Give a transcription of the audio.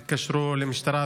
והם התקשרו למשטרה,